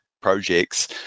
projects